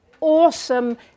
awesome